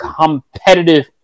competitive